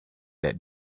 that